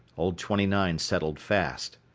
old twenty nine settled fast.